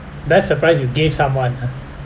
best surprise you gave someone ah